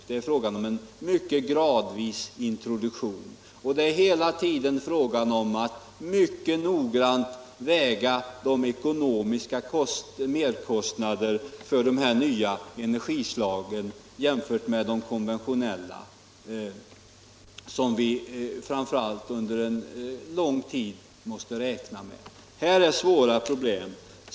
Det är fråga om en mycket långsam och gradvis introduktion, och man måste hela tiden mycket noggrant väga de merkostnader de nya energislagen medför i förhållande till de konventionella, som är de som vi under en lång tid framför allt måste räkna med. Det här är svåra problem.